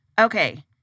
Okay